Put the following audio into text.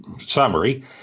summary